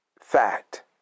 fact